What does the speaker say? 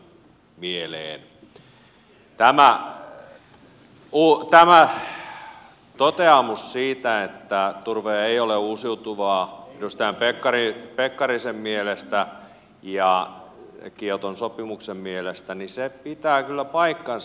tämä toteamus siitä että turve ei ole uusiutuvaa edustaja pekkarisen mielestä ja kioton sopimuksen mielestä pitää kyllä paikkansa